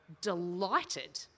delighted